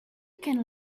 can